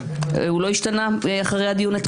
הוא לא השתנה אחרי הדיון אתמול?